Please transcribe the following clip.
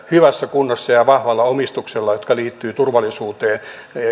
hyvässä kunnossa ja vahvalla omistuksella eräitä yhtiöitä jotka liittyvät turvallisuuteen